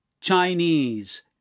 Chinese